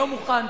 לא מוכן,